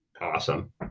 Awesome